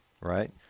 Right